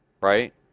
right